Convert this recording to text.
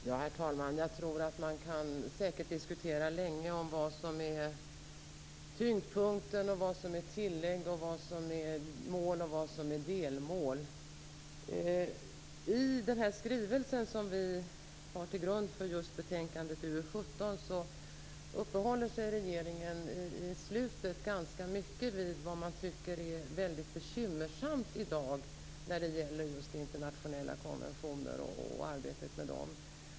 Herr talman! Jag tror säkert att man kan diskutera länge om vad som är tyngdpunkten, vad som är tilllägg, vad som är mål och vad som är delmål. I slutet av den skrivelse som ligger till grund för just betänkandet UU17 uppehåller sig regeringen ganska mycket vid vad man tycker är bekymmersamt i dag när det gäller just internationella konventioner och arbetet med dem.